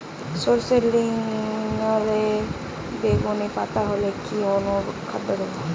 সরর্ষের নিলচে বেগুনি পাতা হলে কি অনুখাদ্য দেবো?